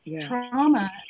Trauma